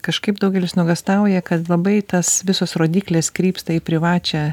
kažkaip daugelis nuogąstauja kad labai tas visos rodyklės krypsta į privačią